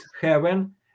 heaven